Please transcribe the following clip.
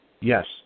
yes